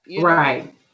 Right